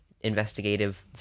Investigative